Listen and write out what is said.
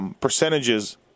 percentages